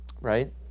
Right